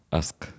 ask